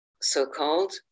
so-called